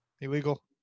illegal